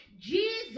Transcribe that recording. Jesus